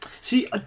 See